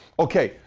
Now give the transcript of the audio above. okay,